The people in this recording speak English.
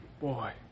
boy